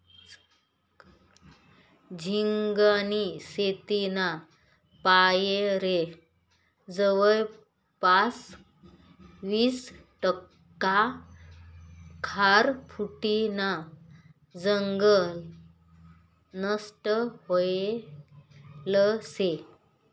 झिंगानी शेतीना पायरे जवयपास वीस टक्का खारफुटीनं जंगल नष्ट व्हयेल शे